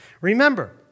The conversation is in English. Remember